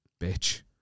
bitch